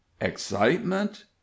excitement